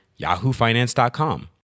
yahoofinance.com